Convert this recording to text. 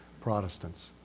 Protestants